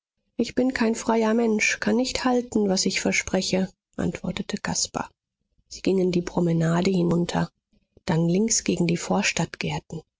ich bin kein freier mensch kann nicht halten was ich verspreche antwortete caspar sie gingen die promenade hinunter dann links gegen die vorstadtgärten